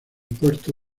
puerto